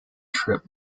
trip